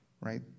right